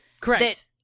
Correct